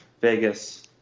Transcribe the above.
Vegas